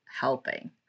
helping